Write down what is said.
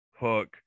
Hook